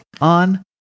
on